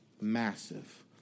Massive